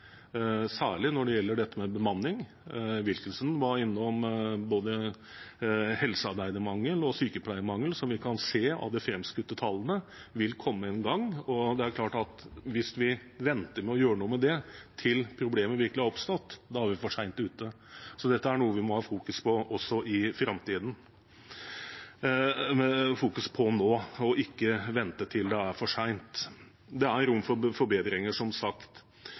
særlig når det gjelder dette med bemanning. Wilkinson var innom både helsearbeidermangel og sykepleiermangel, som vi kan se av de framskutte tallene vil komme en gang. Det er klart at hvis vi venter med å gjøre noe med det til problemet virkelig har oppstått, er vi for sent ute. Dette er noe vi må fokusere på nå, og ikke vente til det er for sent. Det er rom for forbedringer, som sagt.